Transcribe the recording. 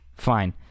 fine